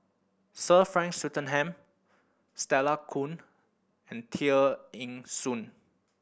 Sir Frank Swettenham Stella Kon and Tear Ee Soon